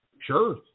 Sure